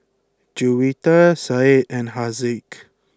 Juwita Said and Haziq